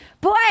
Boy